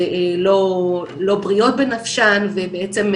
לא בריאות בנפשן ובעצם,